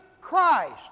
Christ